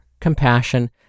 compassion